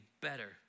better